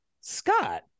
scott